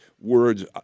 words